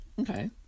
Okay